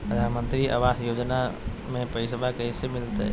प्रधानमंत्री आवास योजना में पैसबा कैसे मिलते?